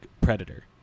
predator